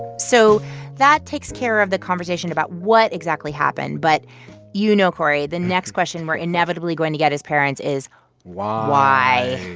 so that takes care of the conversation about what exactly happened. but you know, cory, the next question we're inevitably going to get as parents is why? why.